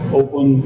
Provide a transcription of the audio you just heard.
open